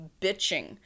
bitching